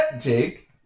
Jake